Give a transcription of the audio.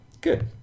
Good